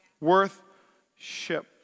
Worth-ship